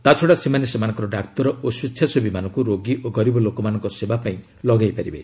ତାଛଡ଼ା ସେମାନେ ସେମାନଙ୍କର ଡାକ୍ତର ଓ ସ୍ୱେଚ୍ଛାସେବୀମାନଙ୍କୁ ରୋଗୀ ଓ ଗରିବ ଲୋକମାନଙ୍କ ସେବା ପାଇଁ ଲଗାଇ ପାରିବେ